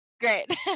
great